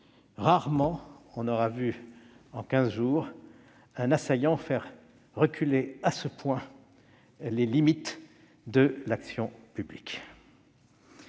Rarement on aura vu en quinze jours un assaillant faire reculer à ce point les limites de l'action publique.